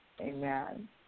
Amen